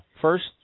First